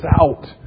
out